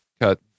cut